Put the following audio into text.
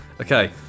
okay